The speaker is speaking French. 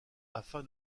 afin